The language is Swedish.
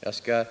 Jag skall